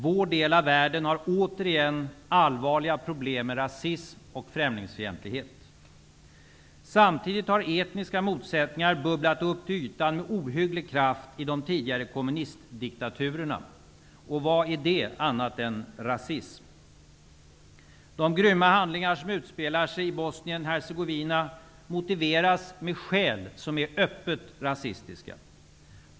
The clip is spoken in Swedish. Vår del av världen har återigen allvarliga problem med rasism och främlingsfientlighet. Samtidigt har etniska motsättningar bubblat upp till ytan med ohygglig kraft i de tidigare kommunistdiktaturerna. Och vad är de annat än rasism? De grymma handlingar som utspelar sig i Bosnien Hercegovina motiveras med skäl som är öppet rasistiska.